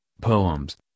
poems